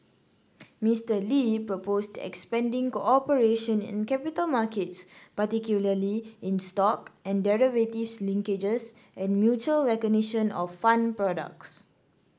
Mister Lee proposed expanding cooperation in capital markets particularly in stock and derivatives linkages and mutual recognition of fund products